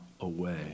away